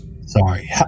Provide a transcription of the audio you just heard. Sorry